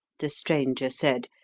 the stranger said,